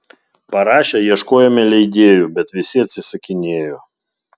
parašę ieškojome leidėjų bet visi atsisakinėjo